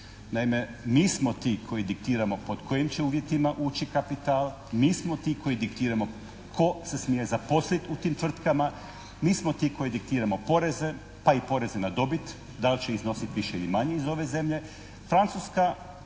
Naime, mi smo ti koji diktiramo pod kojim će uvjetima ući kapital. Mi smo ti koji diktiramo tko se smije zaposliti u tim tvrtkama. Mi smo ti koji diktiramo poreze, pa i poreze na dobit, da li će iznositi više ili manje iz ove zemlje.